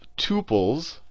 tuples